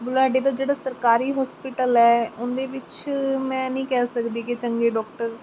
ਬੁਲਾਡੇ ਦਾ ਜਿਹੜਾ ਸਰਕਾਰੀ ਹੋਸਪਿਟਲ ਹੈ ਉਹਦੇ ਵਿੱਚ ਮੈਂ ਨਹੀਂ ਕਹਿ ਸਕਦੀ ਕਿ ਚੰਗੇ ਡਾਕਟਰ